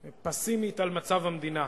פסימית, על מצב המדינה.